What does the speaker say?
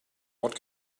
what